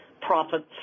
profits